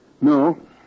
No